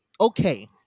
Okay